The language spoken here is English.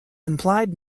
implied